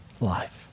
life